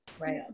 Right